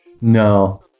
No